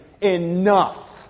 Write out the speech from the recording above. enough